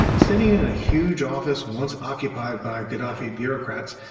sitting in a huge office once occupied by gaddafi bureaucrats,